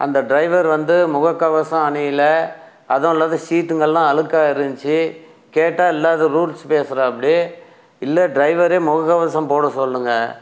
அந்த டிரைவர் வந்து முகக்கவசம் அணியல அதுவும் இல்லாது சீட்டுங்களெலாம் அழுக்காக இருந்துச்சு கேட்டால் இல்லாத ரூல்ஸ் பேசுறாப்படி இல்லை டிரைவரை முகக்கவசம் போட சொல்லுங்கள்